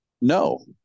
No